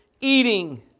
eating